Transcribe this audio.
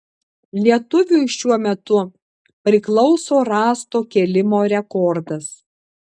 lietuviui šiuo metu priklauso rąsto kėlimo rekordas